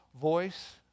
voice